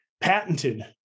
patented